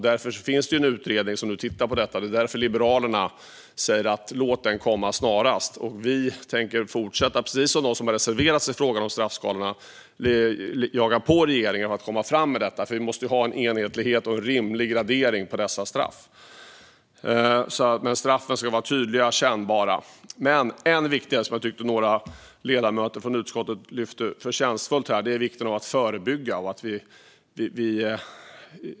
Därför finns det en utredning som nu tittar på detta, och det är därför Liberalerna säger: Låt utredningen komma snarast! Vi tänker fortsätta, precis som de som har reserverat sig i frågan om straffskalorna, att jaga på regeringen om att komma fram med detta. Vi måste ha en enhetlighet och en rimlig gradering på dessa straff, men straffen ska vara tydliga och kännbara. En viktig sak som jag tyckte att några ledamöter i utskottet förtjänstfullt lyfte här är vikten av att förebygga.